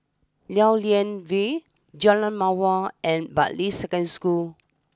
Lew Lian Vale Jalan Mawar and Bartley Secondary School